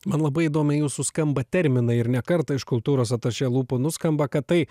man labai įdomiai jūsų skamba terminai ir ne kartą iš kultūros atašė lūpų nuskamba kad tai